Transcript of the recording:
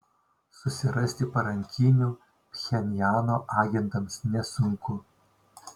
susirasti parankinių pchenjano agentams nesunku